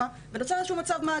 שלה וכך נוצר איזה שהוא מצב מעגלי,